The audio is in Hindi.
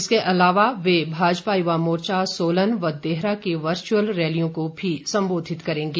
इसके अलावा वे भााजपा युवा मोर्चा सोलन व देहरा की वर्चुअल रैलियों को भी संबोधित करेंगे